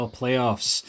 playoffs